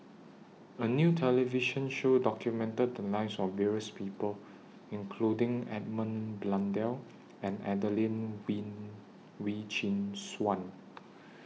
A New television Show documented The Lives of various People including Edmund Blundell and Adelene Wee Chin Suan